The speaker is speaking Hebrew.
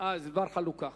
בדבר חלוקת